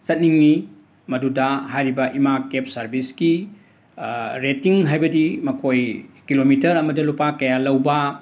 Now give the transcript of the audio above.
ꯆꯠꯅꯤꯡꯉꯤ ꯃꯗꯨꯗ ꯍꯥꯏꯔꯤꯕ ꯏꯃꯥ ꯀꯦꯞ ꯁꯔꯕꯤꯁꯀꯤ ꯔꯦꯇꯤꯡ ꯍꯥꯏꯕꯗꯤ ꯃꯈꯣꯏ ꯀꯤꯂꯣꯃꯤꯇꯔ ꯑꯃꯗ ꯂꯨꯄꯥ ꯀꯌꯥ ꯂꯧꯕ